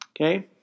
Okay